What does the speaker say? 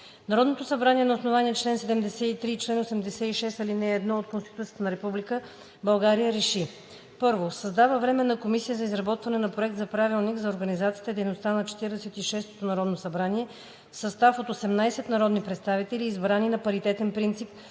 Народното събрание на основание чл. 73 и чл. 86, ал. 1 от Конституцията на Република България РЕШИ: 1. Създава Временна комисия за изработване на проект на Правилник за организацията и дейността на Четиридесет и шестото народно събрание в състав от 18 народни представители, избрани на паритетен принцип